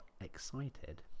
excited